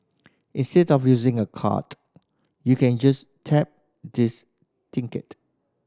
instead of using a card you can just tap this